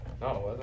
no